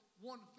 one